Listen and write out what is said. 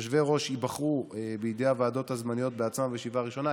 יושבי-ראש ייבחרו בידי הוועדות הזמניות בעצמן בישיבה הראשונה.